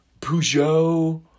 Peugeot